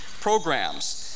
programs